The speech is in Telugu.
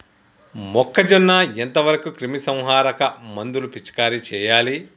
మొక్కజొన్న ఎంత వరకు క్రిమిసంహారక మందులు పిచికారీ చేయాలి?